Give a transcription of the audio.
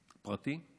פרטי.